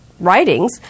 Writings